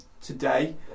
today